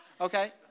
Okay